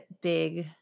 big